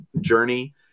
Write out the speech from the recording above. journey